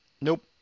nope